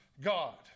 God